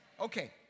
Okay